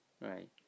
right